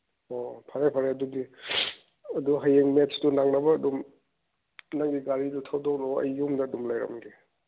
ꯑꯣ ꯐꯔꯦ ꯐꯔꯦ ꯑꯗꯨꯗꯤ ꯑꯗꯨ ꯍꯌꯦꯡ ꯃꯦꯠꯁꯇꯨ ꯅꯪꯅꯕ ꯑꯗꯨꯝ ꯅꯪꯒꯤ ꯒꯥꯔꯤꯗꯨ ꯊꯧꯗꯣꯔꯛꯑꯣ ꯑꯩ ꯌꯨꯝꯗ ꯑꯗꯨꯝ ꯂꯩꯔꯝꯒꯦ